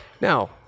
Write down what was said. Now